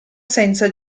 senza